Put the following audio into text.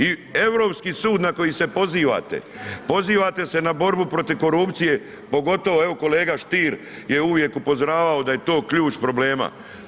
I Europski sud na koji se pozivate, pozivate se na borbu protiv korupcije, pogotovo evo kolega Stier je uvijek upozoravao da je to ključ problema.